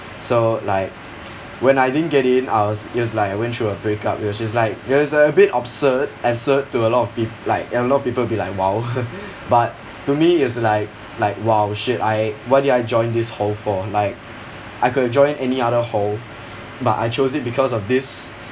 so like when I didn't get in I was it was like I went through a breakup which is like it was a bit absurd absurd to a lot of peop~ like a lot of people will be like !wow! but to me is like like !wow! shit I why did I join this hall for like I could join any other hall but I chose it because of this